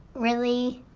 really,